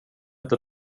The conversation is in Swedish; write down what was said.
inte